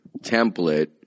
template